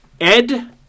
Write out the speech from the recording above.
Ed